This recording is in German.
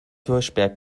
hirschberg